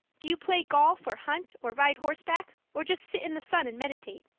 do you play golf or hunt or ride horseback or just sit in the sun and meditate?